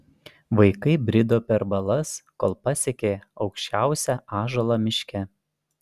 vaikai brido per balas kol pasiekė aukščiausią ąžuolą miške